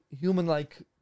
human-like